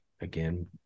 again